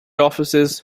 offices